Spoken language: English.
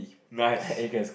nice